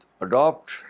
adopt